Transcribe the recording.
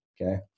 okay